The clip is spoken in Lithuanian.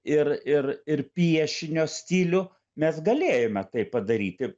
ir ir ir piešinio stilių mes galėjome tai padaryti